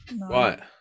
Right